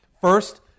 first